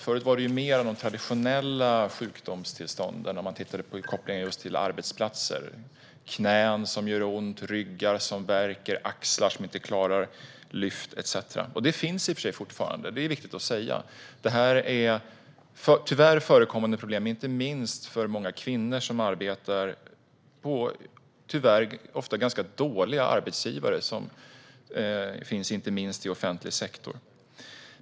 Förut handlade det mer om de traditionella sjukdomstillstånden när man tittade på kopplingen just till arbetsplatser - knän som gör ont, ryggar som värker, axlar som inte klarar lyft etcetera. Dessa sjukdomstillstånd finns i och för sig fortfarande, och det är viktigt att säga. Detta är tyvärr ett problem som förekommer, inte minst för många kvinnor som arbetar hos ganska dåliga arbetsgivare som finns inte minst i offentlig sektor.